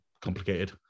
complicated